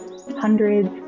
hundreds